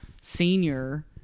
senior